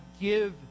give